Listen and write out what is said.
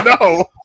no